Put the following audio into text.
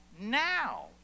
now